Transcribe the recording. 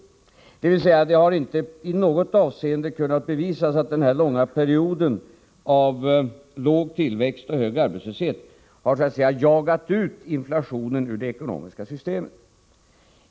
Det har med andra ord inte i något avseende kunnat bevisas att en lång period av låg tillväxt och hög arbetslöshet har så att säga jagat ut inflationen ur det ekonomiska systemet.